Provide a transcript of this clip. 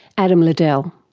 adam ladell.